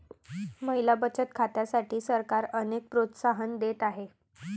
महिला बचत खात्यांसाठी सरकार अनेक प्रोत्साहन देत आहे